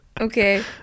Okay